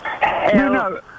No